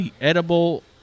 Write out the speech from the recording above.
edible